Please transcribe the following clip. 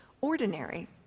ordinary